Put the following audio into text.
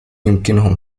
يمكنهم